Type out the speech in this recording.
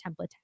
template